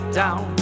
down